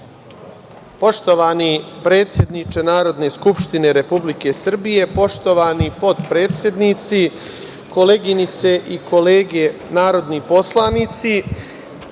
Poštovani predsedniče Narodne skupštine Republike Srbije, poštovani potpredsednici, koleginice i kolege narodni poslanici,